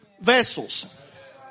vessels